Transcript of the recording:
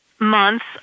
months